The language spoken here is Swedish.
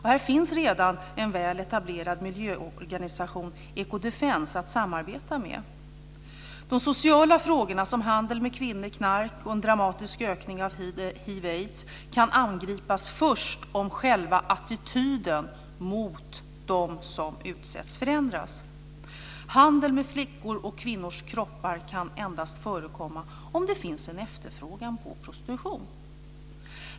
Här finns redan en väl etablerad miljöorganisation, Ecodefence, att samarbeta med. De sociala frågorna, som handel med kvinnor, knark och en dramatisk ökning av hiv/aids kan angripas först om själva attityden mot dem som utsätts förändras. Handel med flickors och kvinnors kroppar kan endast förekomma om det finns en efterfrågan på prostitution.